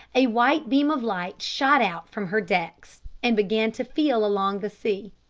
a white beam of light shot out from her decks, and began to feel along the sea.